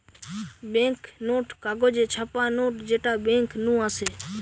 bank note কাগজে ছাপা note যেটা বেঙ্ক নু আসে